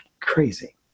crazy